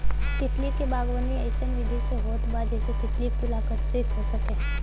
तितली क बागवानी अइसन विधि से होत बा जेसे तितली कुल आकर्षित हो सके